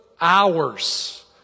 hours